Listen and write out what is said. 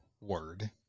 word